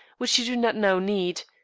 which you do not now need.